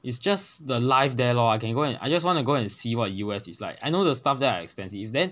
it's just the life there lor I can go and I just want to go and see what U_S is like I know the stuff there are expensive then